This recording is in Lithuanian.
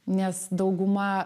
nes dauguma